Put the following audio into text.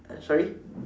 uh sorry